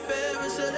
Paris